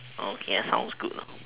okay sounds good